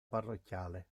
parrocchiale